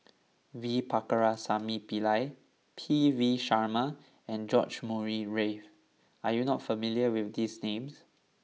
V Pakirisamy Pillai P V Sharma and George Murray Reith are you not familiar with these names